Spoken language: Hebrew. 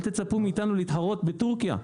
אל תצפו מאתנו להתחרות בטורקיה.